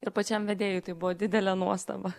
ir pačiam vedėjui tai buvo didelė nuostaba